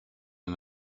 and